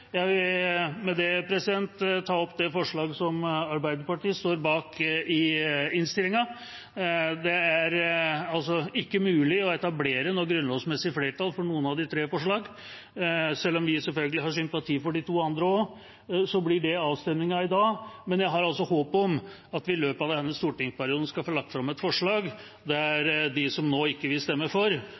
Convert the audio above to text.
Jeg vil med det ta opp det forslaget som Arbeiderpartiet står bak i innstillingen. Det er ikke mulig å etablere noe grunnlovsmessig flertall for noen av de tre forslagene. Selv om vi selvfølgelig har sympati for de to andre også, blir det avstemningen i dag. Men jeg har altså håp om at vi i løpet av denne stortingsperioden skal få lagt fram et forslag der de som nå ikke vil stemme for,